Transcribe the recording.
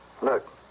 Look